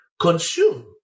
consume